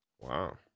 wow